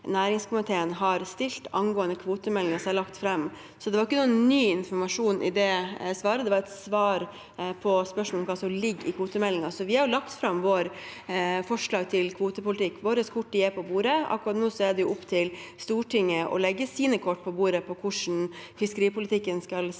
næringskomiteen har stilt angående kvotemeldingen som er lagt fram. Det var ikke noen ny informasjon i det svaret. Det var et svar på spørsmål om hva som ligger i kvotemeldingen. Vi har lagt fram våre forslag til kvotepolitikk. Våre kort er på bordet. Akkurat nå er det opp til Stortinget å legge sine kort på bordet når det gjelder hvordan fiskeripolitikken skal se